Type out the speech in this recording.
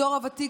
הדור הוותיק,